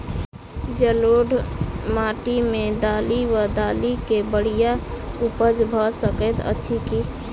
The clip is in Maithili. जलोढ़ माटि मे दालि वा दालि केँ बढ़िया उपज भऽ सकैत अछि की?